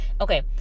okay